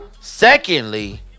Secondly